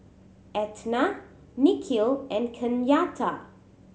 Etna Nikhil and Kenyatta